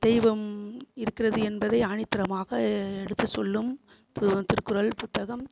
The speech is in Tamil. தெய்வம் இருக்கிறது என்பதை ஆணித்தரமாக எடுத்துச் சொல்லும் தி திருக்குறள் புத்தகம்